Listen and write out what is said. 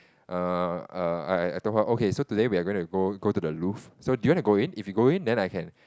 err err I I told her okay so today we are going to go go to the Louvre so do you want to go in if you go in then I can